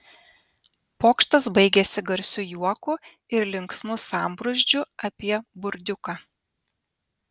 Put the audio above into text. pokštas baigėsi garsiu juoku ir linksmu sambrūzdžiu apie burdiuką